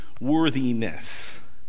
worthiness